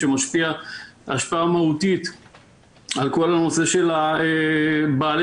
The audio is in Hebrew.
שמשפיע השפעה מהותית על כל הנושא של בעלי